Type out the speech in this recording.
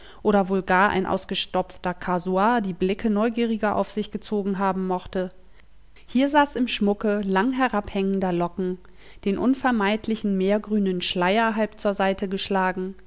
oder wohl gar ein ausgestopfter kasuar die blicke neugieriger auf sich gezogen haben mochte hier saß im schmucke lang herabhängender locken den unvermeidlichen meergrünen schleier halb zur seite geschlagen